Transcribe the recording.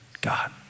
God